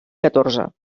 catorze